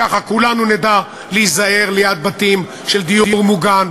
וככה כולנו נדע להיזהר ליד בתים של דיור מוגן,